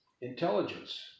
Intelligence